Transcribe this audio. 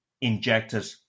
injected